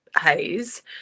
haze